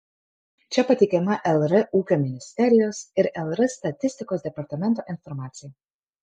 čia pateikiama lr ūkio ministerijos ir lr statistikos departamento informacija